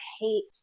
hate